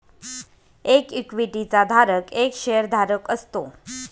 एक इक्विटी चा धारक एक शेअर धारक असतो